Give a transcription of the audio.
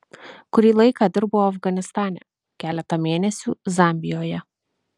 kurį laiką dirbau afganistane keletą mėnesių zambijoje